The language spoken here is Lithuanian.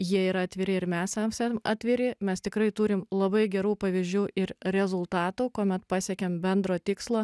jie yra atviri ir mes esam atviri mes tikrai turim labai gerų pavyzdžių ir rezultatų kuomet pasiekėm bendro tikslo